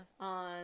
on